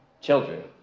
children